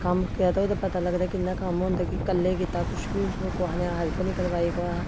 कम्म कीता होए ते पता लगदा कि कि'यां कम्म होंदे कि कल्लै कीता कुछ बी कुहै ने हैल्प निं करवाई कुतै